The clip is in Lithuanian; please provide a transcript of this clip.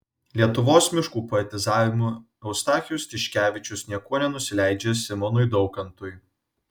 lietuvos miškų poetizavimu eustachijus tiškevičius niekuo nenusileidžia simonui daukantui